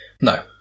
no